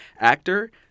actor